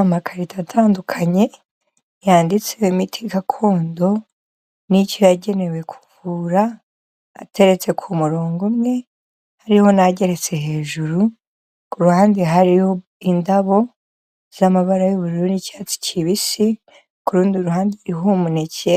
Amakarito atandukanye yanditseho imiti gakondo n'icyo yagenewe kuvura, ateretse ku murongo umwe hariho n'ageretse hejuru, ku ruhande hariho indabo z'amabara y'ubururu n'icyatsi kibisi, ku rundi ruhande hariho umuneke